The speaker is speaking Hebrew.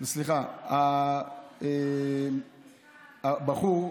סליחה, הבחור,